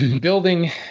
building